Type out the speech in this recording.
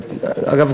אגב,